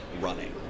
running